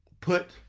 put